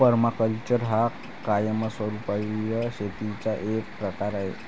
permaculture हा कायमस्वरूपी शेतीचा एक प्रकार आहे